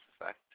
effect